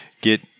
get